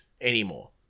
anymore